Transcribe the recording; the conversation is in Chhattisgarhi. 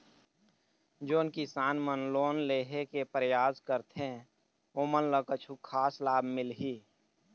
जोन किसान मन लोन लेहे के परयास करथें ओमन ला कछु खास लाभ मिलही?